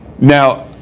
Now